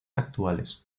actuales